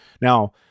Now